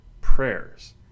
prayers